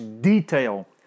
detail